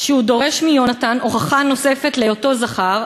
שהוא דורש מיונתן הוכחה נוספת להיותו זכר,